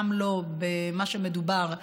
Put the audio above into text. גם לא במה שמדובר,